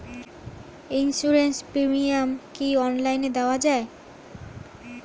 Insurance premium কি online দেওয়া যায়?